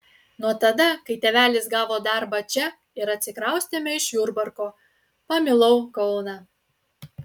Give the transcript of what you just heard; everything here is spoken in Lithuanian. nuo tada kai tėvelis gavo darbą čia ir atsikraustėme iš jurbarko pamilau kauną